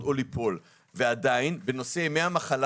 ועדיין, בנושא הגדרת